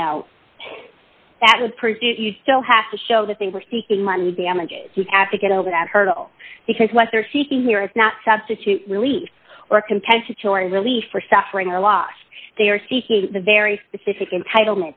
you know that would present you still have to show that they were seeking money damages you have to get over that hurdle because what they're seeking here is not substitute release or compensatory relief or suffering or lost they are seeking the very specific entitle